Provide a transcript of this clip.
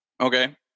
Okay